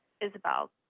Isabel